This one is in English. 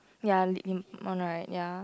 ya late in one right ya